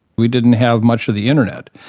we didn't have much of the internet,